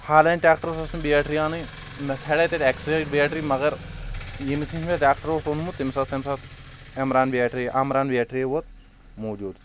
حالانٛکہِ ٹریٚکٹرس ٲسم بیٹری انٕنۍ مےٚ ژھانٛڑیاے تتہِ ایکسایڈ بیٹری مگر ییٚمس نش مےٚ ٹریٚکٹر اوس اونمُت تٔمِس ٲس تمہِ ساتہٕ عمران بیٹری امران بیٹری یٲژ موجود